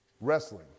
Wrestling